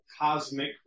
cosmic